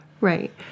Right